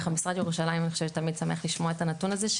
המשרד לירושלים אני חושבת שתמיד שמח לשמוע את הנתון הזה,